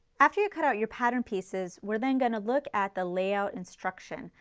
after you cut out your pattern pieces we're then going to look at the layout instruction.